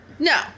no